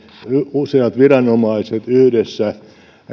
useat viranomaiset yhdessä